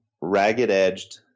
ragged-edged